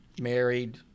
married